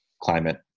climate